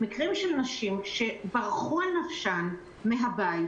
מקרים של נשים שברחו על נפשן מהבית,